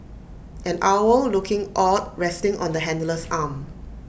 an owl looking awed resting on the handler's arm